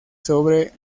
sobre